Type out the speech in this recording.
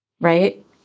right